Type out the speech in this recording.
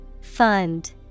Fund